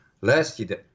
lasted